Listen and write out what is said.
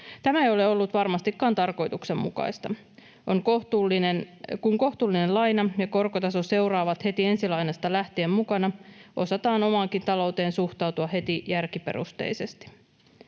Tämä ei ole ollut varmastikaan tarkoituksenmukaista. Kun kohtuullinen laina ja korkotaso seuraavat heti ensilainasta lähtien mukana, osataan omaankin talouteen suhtautua heti järkiperusteisesti.